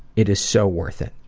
it is so worth it.